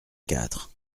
quatre